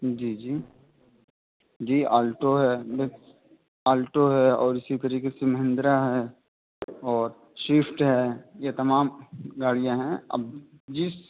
جی جی جی الٹو ہے مطلب الٹو ہے اور اسی طریقے سے مہندرا ہے اور سوفٹ ہے یہ تمام گاڑیاں ہیں اب جس